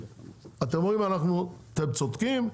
אתם אומרים אתם צודקים,